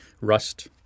Rust